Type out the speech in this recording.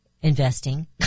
investing